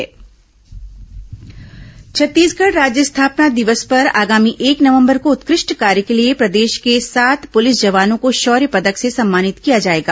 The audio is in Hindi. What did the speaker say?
पुलिस शौर्य पदक छत्तीसगढ राज्य स्थापना दिवस पर आगामी एक नवम्बर को उत्कष्ट कार्य के लिए प्रदेश के सात पृलिस जवानों को शौर्य पदक से सम्मानित किया जाएगा